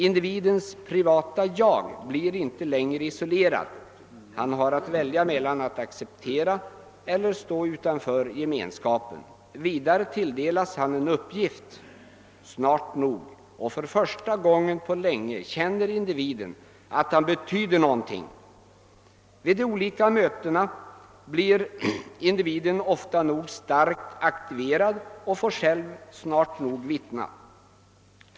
Individens "privata jag” blir inte längre isolerat; han har att välja mellan att acceptera eller också stå utanför gemenskapen. Vidare tilldelas han en uppgift, snart nog, och för första gången på länge känner individen att han betyder någonting. Vid de olika mötena blir individen ofta nog starkt aktiverad och får själv snart nog vittna.